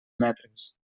metres